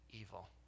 evil